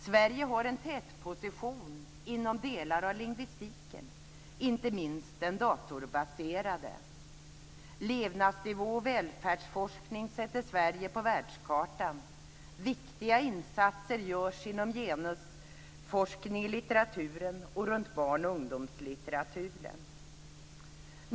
Sverige har en tätposition inom delar av lingvistiken, inte minst den datorbaserade. Levnadsnivå och välfärdsforskning sätter Sverige på världskartan. Viktiga insatser görs inom genusforskningen, litteraturen och barn och ungdomslitteraturen.